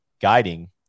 guiding